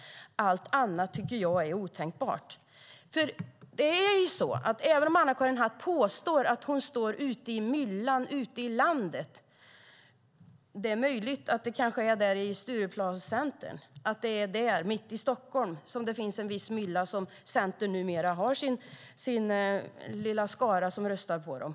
Allt annat tycker jag är otänkbart. Även om Anna-Karin Hatt påstår att hon står i myllan ute i landet är det nog snarare i myllan vid Stureplan, mitt i Stockholm, som Centerpartiet numera har den lilla skara som röstar på dem.